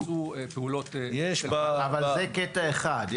בוצעו פעולות אבל זה קטע אחד.